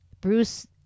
Bruce